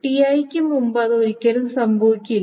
Ti ക്ക് മുമ്പ് അത് ഒരിക്കലും സംഭവിക്കില്ല